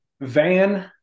Van